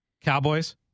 Cowboys